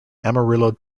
amarillo